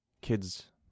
kids